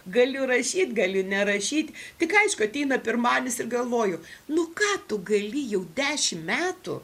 galiu rašyt galiu nerašyti tik aišku ateina pirmadienis ir galvoju nu ką tu gali jau dešim metų